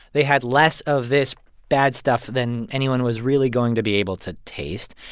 they had less of this bad stuff than anyone was really going to be able to taste.